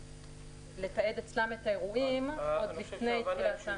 לתעד אצלם את האירועים עוד לפני תחילתם.